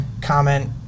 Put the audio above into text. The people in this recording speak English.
comment